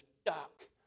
stuck